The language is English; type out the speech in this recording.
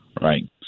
right